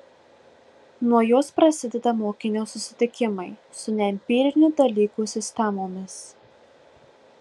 nuo jos prasideda mokinio susitikimai su neempirinių dalykų sistemomis